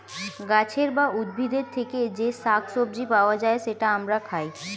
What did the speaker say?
গাছের বা উদ্ভিদের থেকে যে শাক সবজি পাওয়া যায়, সেটা আমরা খাই